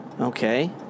okay